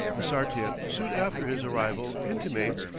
the sartiep soon after his arrival intimates,